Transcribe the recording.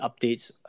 updates